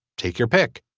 take your pick.